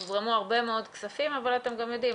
הוזרמו הרבה מאוד כספים אבל אתם גם יודעים,